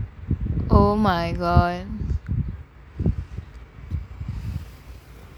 oh my god